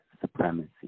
supremacy